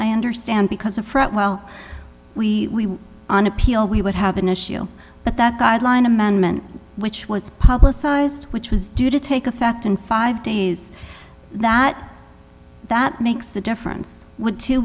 i understand because of what well we on appeal we would have an issue but that guideline amendment which was publicized which was due to take effect in five days that that makes a difference w